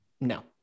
no